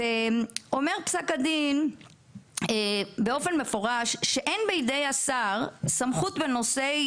אומר פסק הדין באופן מפורש שאין בידי השר סמכות בנושאי